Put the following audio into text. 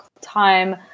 time